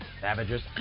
Savages